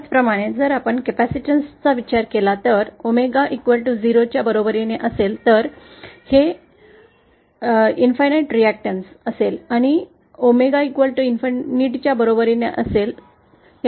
त्याचप्रमाणे जर आपण कॅपेसिटन्सचा विचार केला तर 𝞈0 च्या बरोबरीने असेल तर ते अनंत प्रतिबाधा प्रतिक्रिया असेल आणि 𝞈∞ च्या बरोबरीने होईल रिअॅक्टन्स 0 असेल